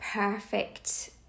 perfect